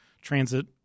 transit